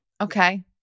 Okay